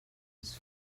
was